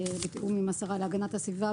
בתיאום עם השרה להגנת הסביבה,